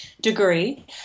degree